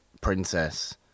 princess